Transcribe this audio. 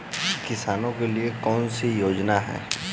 किसानों के लिए कौन कौन सी योजनाएं हैं?